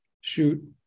shoot